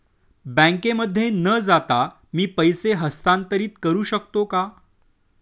बँकेमध्ये न जाता मी पैसे हस्तांतरित करू शकतो का?